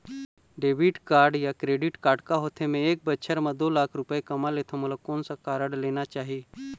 Debit या credit card का होथे, मे ह एक बछर म दो लाख रुपया कमा लेथव मोला कोन से कारड लेना चाही?